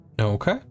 okay